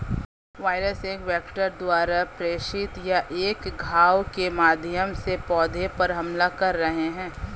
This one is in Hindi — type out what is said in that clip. वायरस एक वेक्टर द्वारा प्रेषित या एक घाव के माध्यम से पौधे पर हमला कर रहे हैं